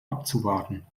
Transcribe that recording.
abzuwarten